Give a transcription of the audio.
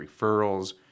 referrals